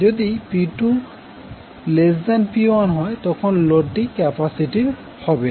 যদি P2P1 হয় তখন লোডটি ক্যাপাসিটিভ হবে